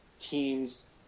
teams